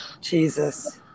Jesus